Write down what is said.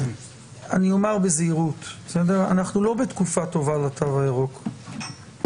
אני אומר בזהירות: אנחנו לא בתקופה טובה לתו הירוק.